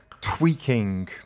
tweaking